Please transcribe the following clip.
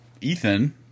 Ethan